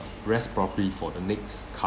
rest properly for the next